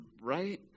right